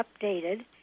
updated